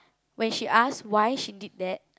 when she asked why she did that